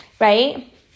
right